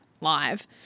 live